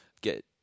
get